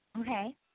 okay